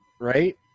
Right